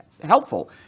helpful